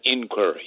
inquiry